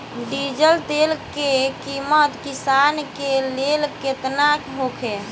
Diesel तेल के किमत किसान के लेल केतना होखे?